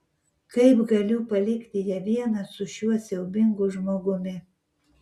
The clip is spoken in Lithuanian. kaip galiu palikti ją vieną su šiuo siaubingu žmogumi